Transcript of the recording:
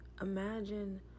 imagine